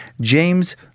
James